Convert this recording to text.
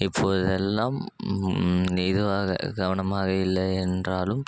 இப்பொழுதெல்லாம் இதுவாக கவனமாக இல்லை என்றாலும்